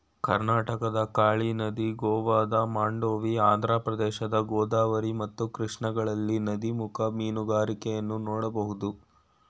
ಕರ್ನಾಟಕದ ಕಾಳಿ ನದಿ, ಗೋವಾದ ಮಾಂಡೋವಿ, ಆಂಧ್ರಪ್ರದೇಶದ ಗೋದಾವರಿ ಮತ್ತು ಕೃಷ್ಣಗಳಲ್ಲಿ ನದಿಮುಖ ಮೀನುಗಾರಿಕೆಯನ್ನು ನೋಡ್ಬೋದು